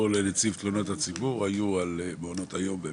לנציב תלונות הציבור היו על מעונות היום.